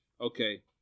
okay